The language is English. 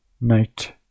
Knight